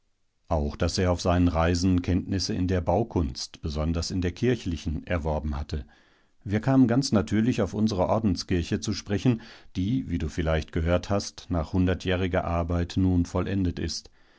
auch daß er auf seinen reisen kenntnisse in der baukunst besonders in der kirchlichen erworben hatte wir kamen ganz natürlich auf unsere ordenskirche zu sprechen die wie du vielleicht gehört hast nach hundertjähriger arbeit nun vollendet ist